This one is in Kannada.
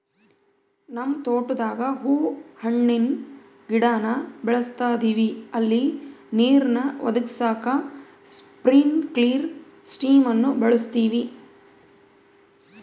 ನಮ್ ತೋಟುದಾಗ ಹೂವು ಹಣ್ಣಿನ್ ಗಿಡಾನ ಬೆಳುಸ್ತದಿವಿ ಅಲ್ಲಿ ನೀರ್ನ ಒದಗಿಸಾಕ ಸ್ಪ್ರಿನ್ಕ್ಲೆರ್ ಸಿಸ್ಟಮ್ನ ಬಳುಸ್ತೀವಿ